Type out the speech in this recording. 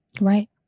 Right